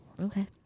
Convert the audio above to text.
Okay